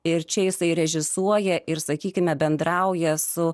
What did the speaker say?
ir čia jisai režisuoja ir sakykime bendrauja su